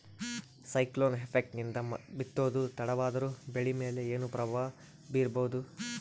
Cyclone effect ನಿಂದ ಬಿತ್ತೋದು ತಡವಾದರೂ ಬೆಳಿ ಮೇಲೆ ಏನು ಪ್ರಭಾವ ಬೀರಬಹುದು?